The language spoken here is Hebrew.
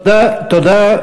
תודה.